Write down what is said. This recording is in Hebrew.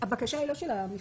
הבקשה היא לא של המפלגה.